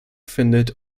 findet